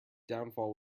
downfall